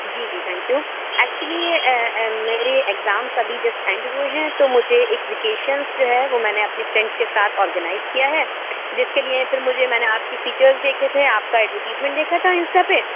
جی جی thank you actually یہ میری ایگزامس ابھی جسٹ اینڈ ہوئے ہیں تو مجھے ایک ویکیشنس جو ہے وہ میں نے اپنی فرینڈس کے ساتھ آرگنائز کیا ہے جس کے لیے پھر مجھے میں نے آپ کی فیچرز دیکھے تھے آپ کا ایڈورٹیزمینٹ دیکھا تھا انسٹا پہ